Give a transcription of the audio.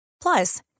plus